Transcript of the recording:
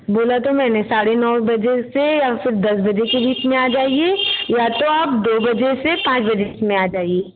बोला तो मैंने साढ़े नो बजे से या फिर दस बजे के बीच में आ जाइए या तो आप दो बजे से पाँच बजे में आ जाइए